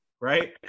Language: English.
right